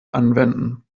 anwenden